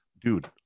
dude